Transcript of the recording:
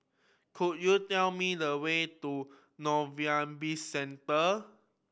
could you tell me the way to Novelty Bizcentre